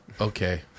okay